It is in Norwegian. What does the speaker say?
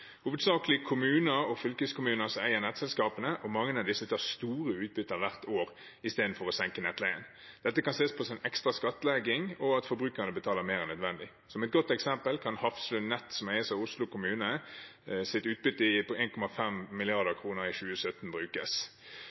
hovedsakelig kommuner og fylkeskommuner som eier nettselskapene, og mange av disse tar store utbytter hvert år, i stedet for å senke nettleien. Dette kan ses på som en ekstra skattlegging og at forbrukerne betaler mer enn nødvendig. Som et godt eksempel kan utbyttet til Hafslund Nett, som eies av Oslo kommune, på 1,5 mrd. kr i